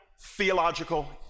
theological